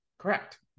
Correct